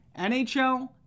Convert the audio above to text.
NHL